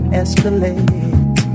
escalate